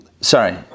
sorry